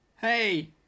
Hey